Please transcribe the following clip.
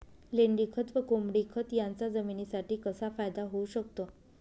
लेंडीखत व कोंबडीखत याचा जमिनीसाठी कसा फायदा होऊ शकतो?